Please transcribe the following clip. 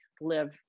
live